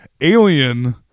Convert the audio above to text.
Alien